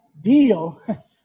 deal